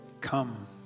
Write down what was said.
come